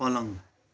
पलङ